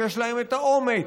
שיש להם את האומץ,